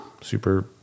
Super